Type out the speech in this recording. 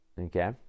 okay